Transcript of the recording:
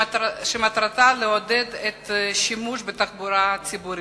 שמטרתה לעודד את השימוש בתחבורה הציבורית.